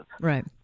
Right